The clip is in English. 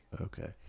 Okay